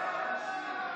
עידית, לא מתאים לך, עידית.